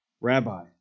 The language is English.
Rabbi